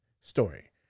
story